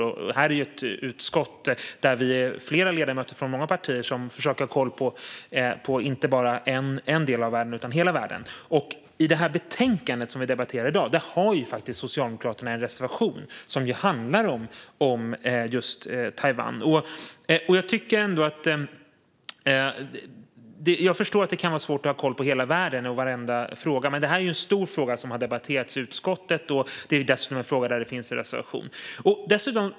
Det här också ett utskott där flera ledamöter från många partier försöker ha koll på inte bara en del av världen utan hela världen. I betänkandet som vi debatterar i dag har Socialdemokraterna faktiskt en reservation som handlar om just Taiwan. Jag förstår att det kan vara svårt att ha koll på hela världen och varenda fråga, men det här är en stor fråga som har debatterats i utskottet. Det är dessutom en fråga där det finns en reservation.